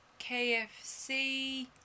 KFC